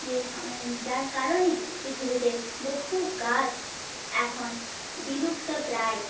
যে যার কারণে পৃথিবীতে বহু গাছ এখন বিলুপ্ত প্রায়